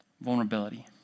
Vulnerability